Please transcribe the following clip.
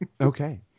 Okay